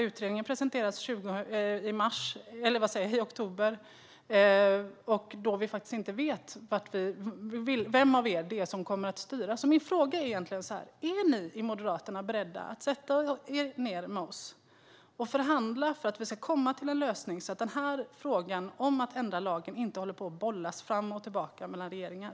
Utredningen presenteras i oktober, och vi vet inte riktigt vem av er det är som kommer att styra framöver, så jag undrar: Är ni i Moderaterna beredda att sätta er ned med oss och förhandla för att vi ska komma fram till en lösning, så att den här frågan om att ändra lagen inte bollas fram och tillbaka mellan regeringar?